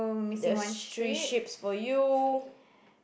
there's three ships for you